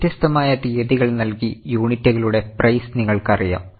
വ്യത്യസ്തമായ തീയതികൾ നൽകി യൂണിറ്റുകളുടെ പ്രൈസ് നിങ്ങൾക്ക് അറിയാം